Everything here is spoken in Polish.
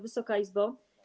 Wysoka Izbo!